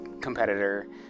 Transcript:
competitor